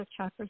chakras